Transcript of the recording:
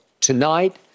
tonight